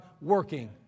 working